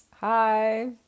Hi